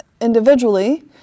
individually